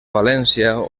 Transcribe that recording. valència